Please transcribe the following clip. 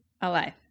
alive